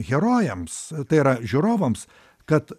herojams tai yra žiūrovams kad